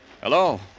Hello